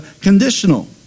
conditional